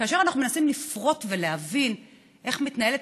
כאשר אנחנו מנסים לפרוט ולהבין איך מתנהלת